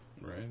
Right